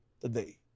today